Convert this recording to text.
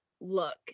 look